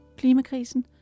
klimakrisen